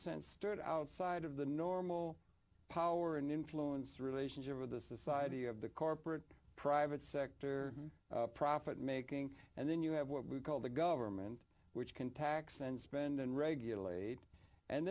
stood outside of the normal power and influence relationship of the society of the corporate private sector profit making and then you have what we call the government which can tax and spend and regulate and